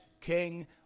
king